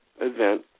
event